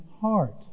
heart